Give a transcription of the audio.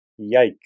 Yikes